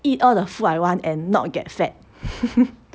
eat all the food I want and not get fat